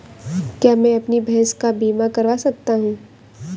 क्या मैं अपनी भैंस का बीमा करवा सकता हूँ?